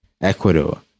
Ecuador